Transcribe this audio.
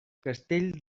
castell